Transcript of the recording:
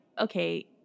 okay